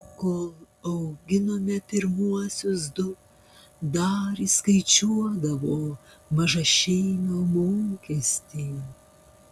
kol auginome pirmuosius du dar išskaičiuodavo mažašeimio mokestį